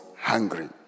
hungry